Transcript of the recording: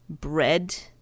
bread